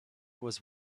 was